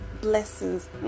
Blessings